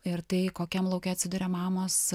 ir tai kokiam lauke atsiduria mamos